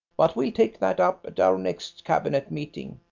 but we'll take that up at our next cabinet meeting.